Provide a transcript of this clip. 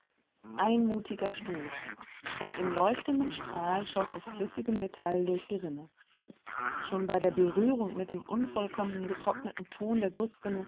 ein mutiger stoß und in leuchtendem strahl schoß das flüssige metall durch die rinne schon bei der berührung mit dem unvollkommen getrockneten ton der